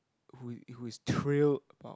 who who is thrilled about